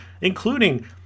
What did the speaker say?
including